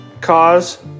Cause